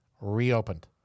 reopened